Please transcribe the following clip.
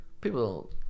People